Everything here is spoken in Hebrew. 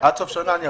עד סוף השנה.